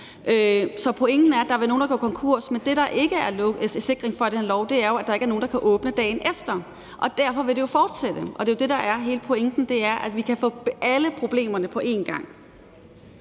Så pointen er, at der er nogen, der vil gå konkurs, men det, der ikke er sikring for i den lov, er jo, at der ikke er nogen, der kan åbne dagen efter. Derfor vil det jo fortsætte, og det er det, der er hele pointen, altså at vi kan få alle problemerne på én gang.